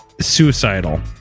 suicidal